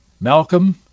Malcolm